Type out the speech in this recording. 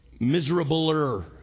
miserabler